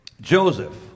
Joseph